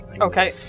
Okay